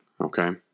Okay